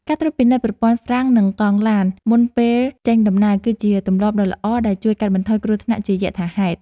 ការត្រួតពិនិត្យប្រព័ន្ធហ្វ្រាំងនិងកង់ឡានមុនពេលចេញដំណើរគឺជាទម្លាប់ដ៏ល្អដែលជួយកាត់បន្ថយគ្រោះថ្នាក់ជាយថាហេតុ។